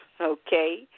Okay